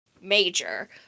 major